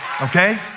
Okay